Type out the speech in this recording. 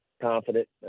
confident